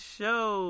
show